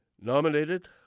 Nominated